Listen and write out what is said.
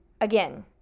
again